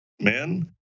men